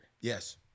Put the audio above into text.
Yes